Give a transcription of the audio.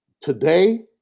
Today